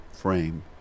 frame